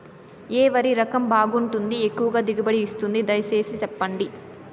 ఏ వరి రకం బాగుంటుంది, ఎక్కువగా దిగుబడి ఇస్తుంది దయసేసి చెప్పండి?